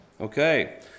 okay